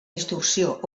distorsió